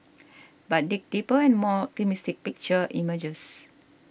but dig deeper and a more optimistic picture emerges